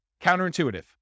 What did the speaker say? Counterintuitive